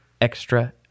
extra